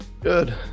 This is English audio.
good